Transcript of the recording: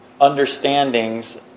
understandings